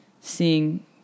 seeing